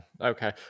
okay